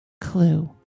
clue